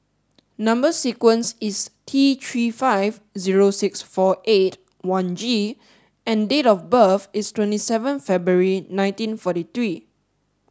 number sequence is T three five zero six four eight one G and date of birth is twenty seven February nineteen forty three